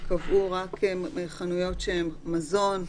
שבו אפשרו רק חנויות שהן מזון,